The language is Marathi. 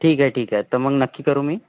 ठीक आहे ठीक आहे तर मग नक्की करू मी